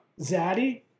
Zaddy